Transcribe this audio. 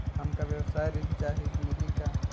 हमका व्यवसाय ऋण चाही मिली का?